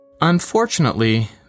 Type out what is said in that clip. Unfortunately